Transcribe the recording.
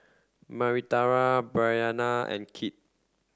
Marita Bryanna and Kit